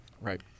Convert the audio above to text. Right